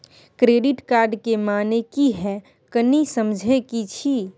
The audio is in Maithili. क्रेडिट कार्ड के माने की हैं, कनी समझे कि छि?